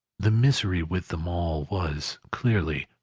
the misery with them all was, clearly,